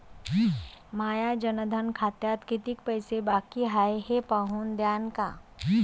माया जनधन खात्यात कितीक पैसे बाकी हाय हे पाहून द्यान का?